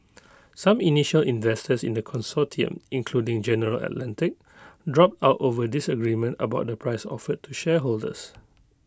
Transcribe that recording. some initial investors in the consortium including general Atlantic dropped out over disagreement about the price offered to shareholders